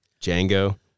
Django